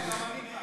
גם אני כאן.